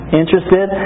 interested